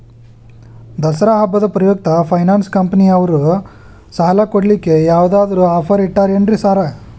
ದಸರಾ ಹಬ್ಬದ ಪ್ರಯುಕ್ತ ಫೈನಾನ್ಸ್ ಕಂಪನಿಯವ್ರು ಸಾಲ ಕೊಡ್ಲಿಕ್ಕೆ ಯಾವದಾದ್ರು ಆಫರ್ ಇಟ್ಟಾರೆನ್ರಿ ಸಾರ್?